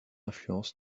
influence